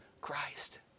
Christ